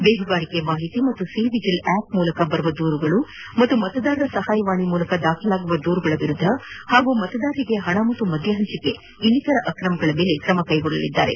ಬೇಹುಗಾರಿಕಾ ಮಾಹಿತಿ ಹಾಗೂ C vigil app ಮೂಲಕ ಬರುವ ದೂರುಗಳು ಮತ್ತು ಮತದಾರರ ಸಹಾಯವಾಣಿ ಮೂಲಕ ದಾಖಲಾಗುವ ದೂರುಗಳ ವಿರುದ್ದ ಹಾಗೂ ಮತದಾರರಿಗೆ ಹಾಗೂ ಮದ್ದ ಹಂಚಿಕೆ ಇನ್ನಿತರ ಅಕ್ರಮಗಳ ಮೇಲೆ ಕ್ರಮಕ್ಕೆಗೊಳ್ಲಲಿದ್ದಾರೆ